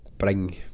bring